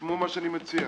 אני המנכ"ל.